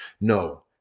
No